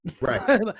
Right